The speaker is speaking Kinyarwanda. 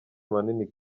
manini